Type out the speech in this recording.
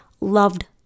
loved